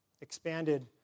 expanded